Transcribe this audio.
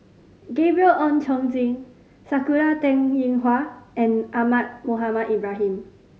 Gabriel Oon Chong Jin Sakura Teng Ying Hua and Ahmad Mohamed Ibrahim